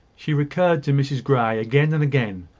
she recurred to mrs grey, again and again.